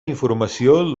informació